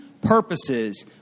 purposes